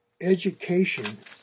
education